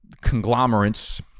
conglomerates